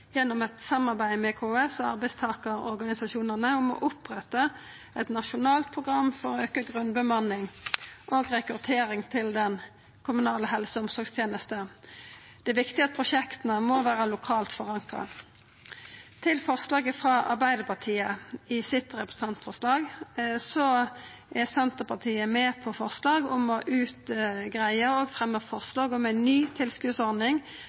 gjennom eit samarbeid med KS og arbeidstakarorganisasjonane å oppretta eit nasjonalt program for å auka grunnbemanning og rekruttering til den kommunale helse- og omsorgstenesta. Det er viktig at prosjekta må vera lokalt forankra. Til representantforslaget frå Arbeidarpartiet: Senterpartiet er med på forslag om å greia ut og fremja forslag om ei ny tilskotsordning